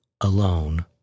alone